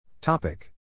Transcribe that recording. Topic